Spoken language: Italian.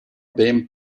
ben